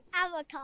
Avocado